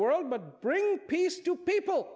world but bring peace to people